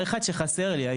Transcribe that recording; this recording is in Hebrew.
לא, אתה תמשיך.